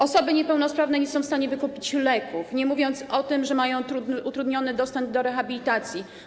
Osoby niepełnosprawne nie są w stanie wykupić leków, nie mówiąc o tym, że mają utrudniony dostęp do rehabilitacji.